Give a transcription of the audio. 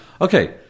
Okay